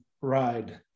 ride